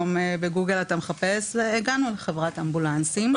הגענו לחברת אמבולנסים.